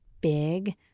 big